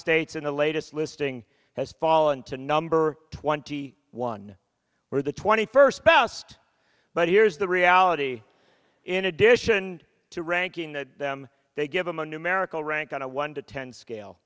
states in the latest listing has fallen to number twenty one or the twenty first best but here's the reality in addition to ranking that they give them a numerical rank on a one to ten scale